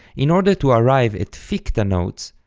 in order to arrive at ficta notes,